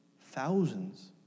Thousands